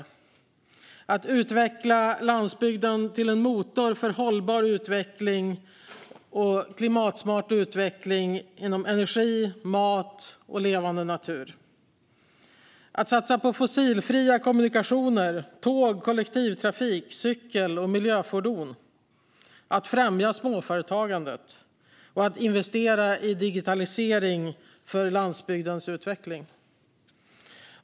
Det handlar om att utveckla landsbygden till en motor för hållbar utveckling och klimatsmart utveckling inom energi, mat och levande natur. Det handlar om att satsa på fossilfria kommunikationer, tåg, kollektivtrafik, cykel och miljöfordon. Det handlar om att främja småföretagandet. Det handlar om att investera i digitalisering för landsbygdens utveckling.